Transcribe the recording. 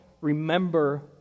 remember